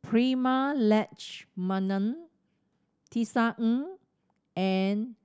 Prema Letchumanan Tisa Ng and